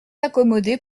accommoder